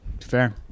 Fair